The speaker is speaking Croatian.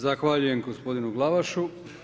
Zahvaljujem gospodinu Glavašu.